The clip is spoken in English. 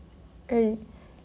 mm